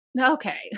Okay